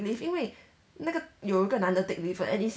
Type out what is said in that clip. leave 因为那个有一个男的 take leave 了 and it's